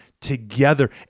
together